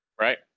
Right